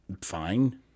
Fine